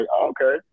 okay